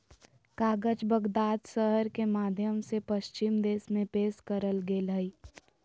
कागज बगदाद शहर के माध्यम से पश्चिम देश में पेश करल गेलय हइ